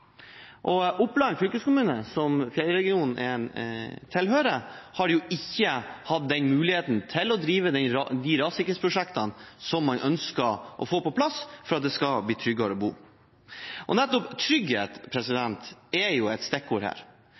tilhører, har jo ikke hatt den muligheten til drive de rassikringsprosjektene som man ønsker å få på plass for at det skal bli tryggere å bo der. Nettopp trygghet er et stikkord her.